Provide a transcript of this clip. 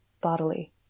bodily